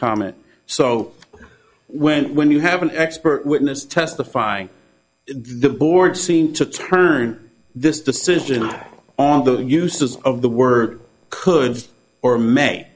comment so when when you have an expert witness testifying the board seemed to turn this decision on the uses of the word could or may